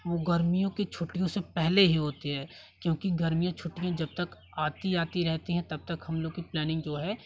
वो गर्मियों की छुट्टीयों से पहले ही होती है क्योंकि गर्मियों छुट्टियाँ जब तक आती आती रहती है तब तक हम लोग की प्लानिंग जो है